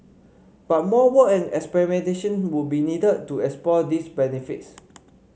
but more work and experimentation would be needed to explore these benefits